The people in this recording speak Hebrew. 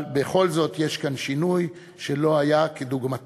אבל בכל זאת יש כאן שינוי שלא היה כדוגמתו,